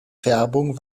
färbung